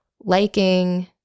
liking